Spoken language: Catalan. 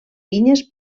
vinyes